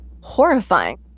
horrifying